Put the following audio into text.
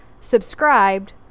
subscribed